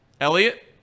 Elliot